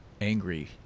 angry